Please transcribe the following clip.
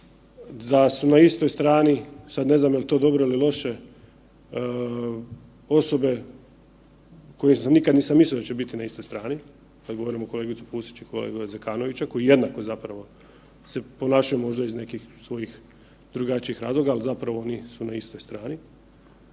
da su na istoj strani, sad ne znam jel to dobro ili loše osobe koje nikad nisam mislio da će biti na istoj strani, govorim o kolegici Pusić i kolegi Zekanoviću koji jednako zapravo se ponašaju možda iz nekih svojih drugačijih razloga, ali zapravo …/nerazumljivo/… su na istoj strani,